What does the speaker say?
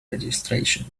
registration